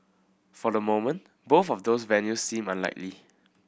for the moment both of those venues seem unlikely